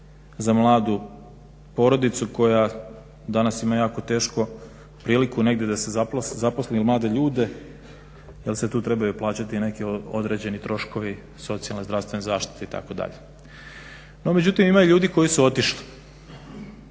za mladu porodicu koja danas ima jako tešku priliku negdje da se zaposli mlade ljude jer se tu trebaju plaćati i neki određeni troškovi socijalne i zdravstvene zaštite itd. No međutim, ima ljudi koji su otišli.